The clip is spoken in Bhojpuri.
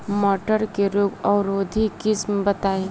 मटर के रोग अवरोधी किस्म बताई?